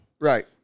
Right